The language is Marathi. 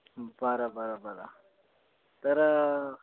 बरं बरं बरं तर